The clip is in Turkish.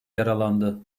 yaralandı